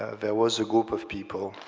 ah there was a group of people,